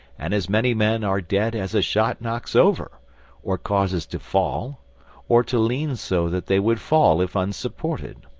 and as many men are dead as a shot knocks over or causes to fall or to lean so that they would fall if unsupported.